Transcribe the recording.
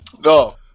Go